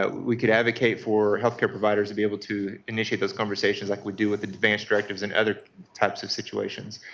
ah we could advocate for health care providers to be able to initiate those conversations like we do with the advance directives and other types of situations.